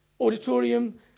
auditorium